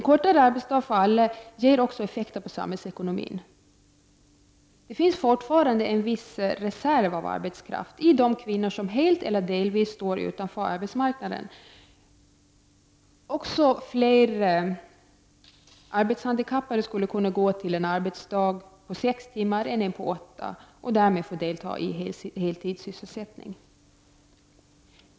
Kortare arbetsdag för alla ger också effekter på samhällsekonomin. Det finns fortfarande en viss reserv av arbetskraft i de kvinnor som helt eller delvis står utanför arbetsmarknaden. Fler arbetshandikappade skulle kunna gå till en arbetsdag på sex timmar än till en på åtta timmar, och därmed få delta i heltidssysselsättning.